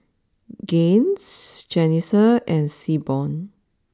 Gaines Jalissa and Seaborn